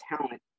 talent